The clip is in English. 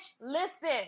listen